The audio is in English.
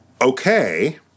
okay